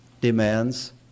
demands